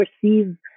perceive